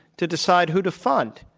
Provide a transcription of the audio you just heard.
to decide who to fund.